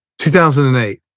2008